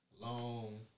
long